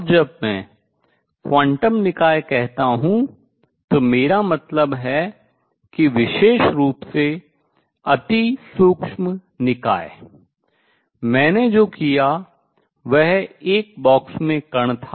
और जब मैं क्वांटम निकाय कहता हूँ तो मेरा मतलब है कि विशेष रूप से अति सूक्ष्म निकाय मैंने जो किया वह एक बॉक्स में कण था